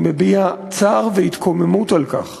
אני מביע צער והתקוממות על כך